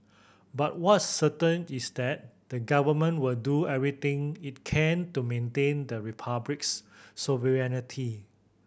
but what's certain is that the government will do everything it can to maintain the Republic's sovereignty